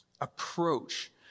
approach